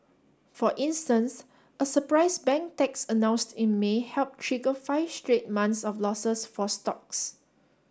for instance a surprise bank tax announced in May help trigger five straight months of losses for stocks